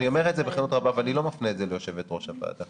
אני אומר את הדברים בכנות רבה ואני לא מפנה את זה ליושבת ראש הוועדה